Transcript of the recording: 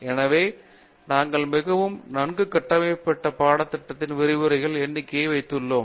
எனவே நாங்கள் மிகவும் நன்கு கட்டமைக்கப்பட்ட பாடத்திட்டத்தையும் விரிவுரைகள் எண்ணிக்கையும் வைத்துள்ளோம்